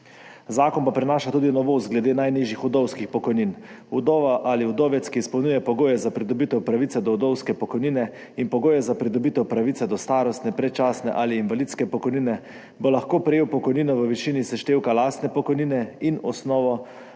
Zakon pa prinaša tudi novost glede najnižjih vdovskih pokojnin. Vdova ali vdovec, ki izpolnjuje pogoje za pridobitev pravice do vdovske pokojnine in pogoje za pridobitev pravice do starostne, predčasne ali invalidske pokojnine bo lahko prejel pokojnino v višini seštevka lastne pokojnine in osnove